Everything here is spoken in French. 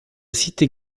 cité